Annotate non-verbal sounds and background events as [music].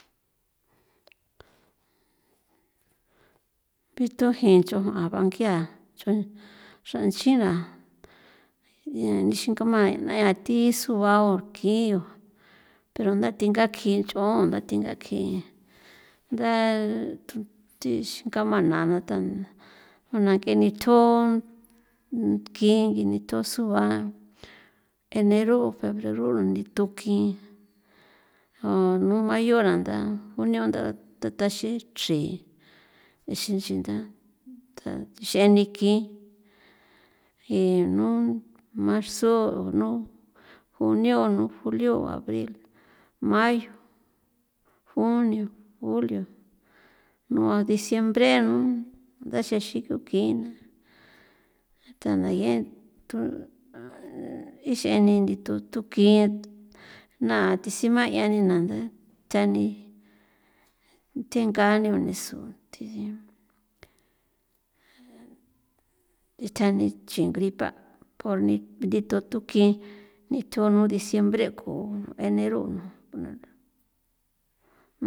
[noise] bithon ji nchu jan bangia chun xran china 'ian nixingama'a nean thisubao kjio pero ndathi ngakji nch'o ndathi ngakjin nda thu thixi ngamana na tan nuna nk'e nithjo kin nginito suba enero', febrero runi thukin a n [hesitation] ayo randa junio nda ta taxin chrin nexin xinda tha texeni kin jenun marzo nu junio, nu julio, abril, mayo, junio, julio nua diciembre nu ndaxexi thukina thana yen thu ix'e nii ndithu thukjin na the semaia nina ntha thani tengani o nisu thide nithjani nchi gripa por ni ndithu thukin nithuno diciembre' ku enero nu. [unintelligible]